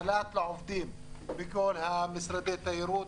חל"ת לעובדים בכל משרדי התיירות.